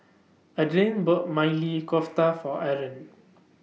Adrain bought Maili Kofta For Aron